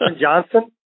Johnson